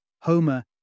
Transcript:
Homer